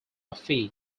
fee